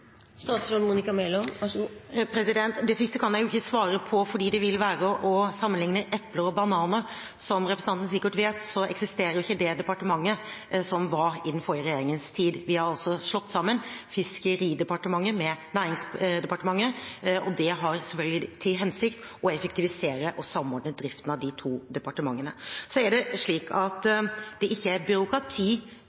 Det siste kan jeg jo ikke svare på fordi det vil være å sammenligne epler og bananer. Som representanten sikkert vet, eksisterer ikke det departementet som var i den forrige regjeringens tid. Vi har slått sammen Fiskeridepartementet og Næringsdepartementet, og hensikten er selvfølgelig å effektivisere og samordne driften av de to departementene. Så er det slik at